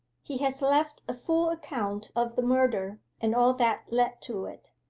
he has left a full account of the murder, and all that led to it.